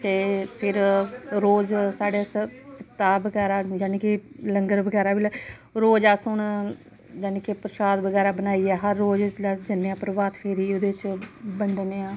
ते फिर रोज़ साढ़ै आस्तै सप्ताह् बगैरा जानि के लंगर बगैरा बी रोज़ अस हून जानि के परशाद बगैरा बनाईयै हर रोज़ जिसलै अल जन्ने आं प्रभात फेरी ओह्दे च बंडने आं